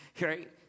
right